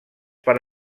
per